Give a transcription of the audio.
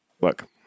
look